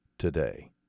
today